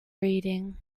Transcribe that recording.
reading